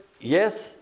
yes